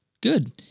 good